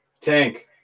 Tank